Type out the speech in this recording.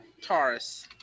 taurus